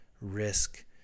risk